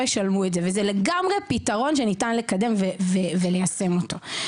יצטרכו לשלם את זה וזה לגמרי פתרון שניתן לקדם וליישם אותו.